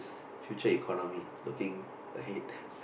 future economy looking ahead